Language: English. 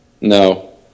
No